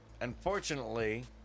unfortunately